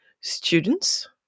students